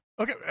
okay